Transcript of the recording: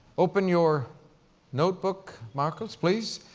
open your notebook, marcus, please,